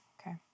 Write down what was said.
Okay